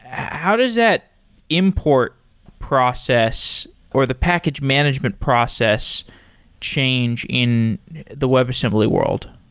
how does that import process or the package management process change in the webassembly world?